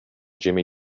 jimmie